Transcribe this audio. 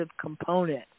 component